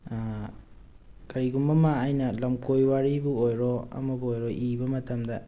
ꯀꯔꯤꯒꯨꯝꯕ ꯑꯃ ꯑꯩꯅ ꯂꯝꯀꯣꯏ ꯋꯥꯔꯤꯕꯨ ꯑꯣꯏꯔꯣ ꯑꯃꯕꯨ ꯑꯣꯏꯔꯣ ꯏꯕ ꯃꯇꯝꯗ